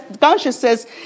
consciousness